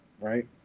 Right